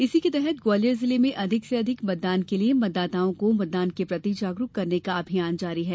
इसी के तहत ग्वालियर जिले में अधिक से अधिक मतदान के लिये मतदाताओं को मतदान के प्रति जागरूक करने का अभियान जारी है